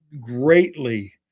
greatly